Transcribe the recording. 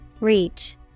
Reach